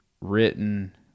written